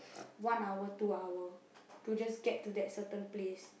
one hour two hour to just get to that certain place